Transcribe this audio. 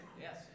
Yes